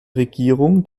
regierung